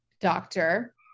doctor